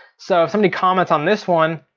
so if somebody comments on this one,